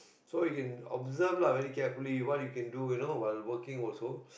so in observe lah very carefully what you can do you know while working also